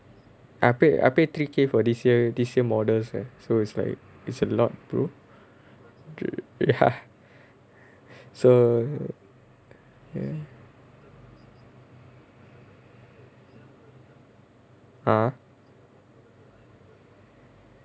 I paid I paid three K for this year this year models leh so it's like it's a lot brother tru~ ya so ya (uh huh)